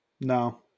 No